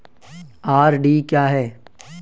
RD क्या है?